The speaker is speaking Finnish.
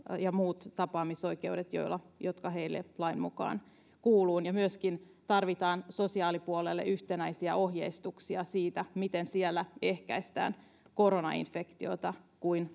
ja muut tapaamisoikeudet jotka heille lain mukaan kuuluvat tarvitaan myöskin sosiaalipuolelle yhtenäisiä ohjeistuksia siitä miten siellä ehkäistään koronainfektioita niin kuin